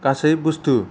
गासै बुस्थु